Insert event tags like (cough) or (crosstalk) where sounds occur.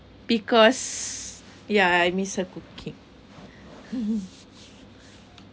because ya I miss her cooking (laughs)